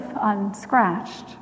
unscratched